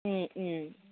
മ്മ് മ്മ്